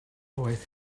waith